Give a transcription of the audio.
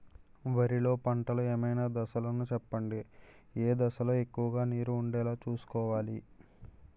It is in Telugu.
వరిలో పంటలు ఏమైన దశ లను చెప్పండి? ఏ దశ లొ ఎక్కువుగా నీరు వుండేలా చుస్కోవలి?